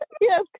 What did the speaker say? Yes